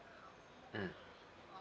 mm